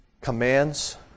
commands